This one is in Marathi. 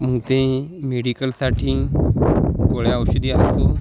मग ते मेडिकलसाठी गोळ्या औषधी असो